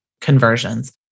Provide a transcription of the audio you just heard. conversions